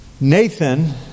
Nathan